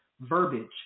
verbiage